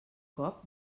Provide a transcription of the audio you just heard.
cop